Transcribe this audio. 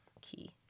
key